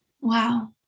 Wow